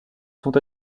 sont